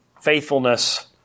faithfulness